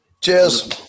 Cheers